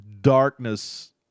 darkness